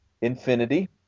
Infinity